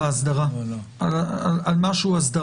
על איך מעלים?